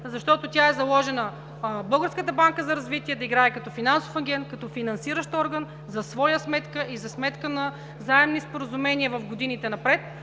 защото тя е заложила Българската банка за развитие да играе като финансов агент, като финансиращ орган за своя сметка и за сметка на заемни споразумения в годините напред,